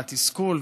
והתסכול,